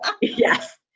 Yes